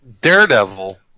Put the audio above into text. Daredevil